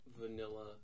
vanilla